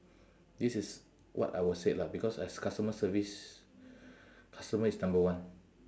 this is what I will say lah because as customer service customer is number one